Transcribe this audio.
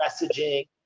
messaging